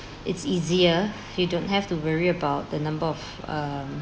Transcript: it's easier you don't have to worry about the number of uh